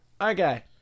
okay